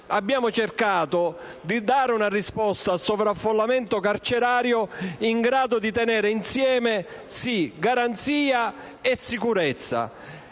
abbiamo cercato di dare una risposta al sovraffollamento carcerario in grado di tenere insieme garanzia e sicurezza.